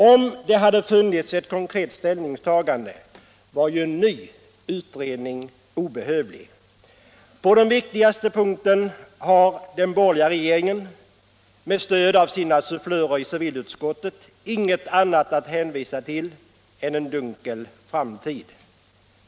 Om det hade funnits ett konkret ställningstagande var ju en ny utredning obehövlig. På den viktigaste punkten har den borgerliga regeringen - med stöd av sina sufflörer i civilutskottet — inget annat att hänvisa till än en dunkel framtid.